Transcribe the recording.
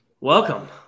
Welcome